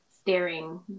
staring